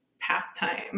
pastime